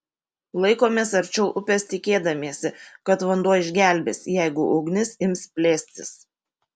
laikomės arčiau upės tikėdamiesi kad vanduo išgelbės jeigu ugnis ims plėstis